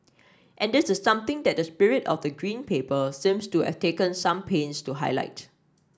and this is something that the spirit of the Green Paper seems to have taken some pains to highlight